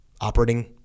Operating